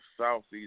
southeast